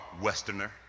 Westerner